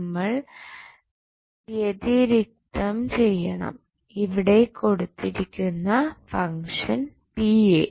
നമ്മൾ വ്യതിരിക്തം ചെയ്യണം ഇവിടെകൊടുത്തിരിക്കുന്ന ഫങ്ക്ഷൻ p യെ